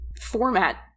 format